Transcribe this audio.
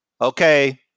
Okay